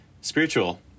spiritual